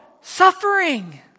suffering